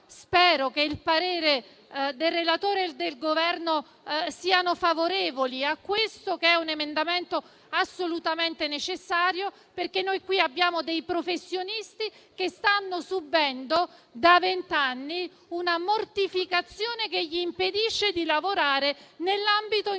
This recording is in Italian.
davvero che i pareri del relatore e del Governo siano favorevoli a questo emendamento, che è assolutamente necessario, perché qui abbiamo professionisti che stanno subendo da vent'anni una mortificazione che impedisce loro di lavorare nell'ambito in